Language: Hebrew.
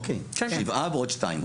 אוקיי, שבעה ועוד שניים.